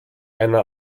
einer